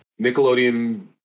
Nickelodeon